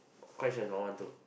quite sure is one one two